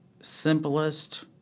simplest